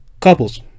Couples